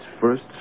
first